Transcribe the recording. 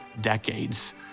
decades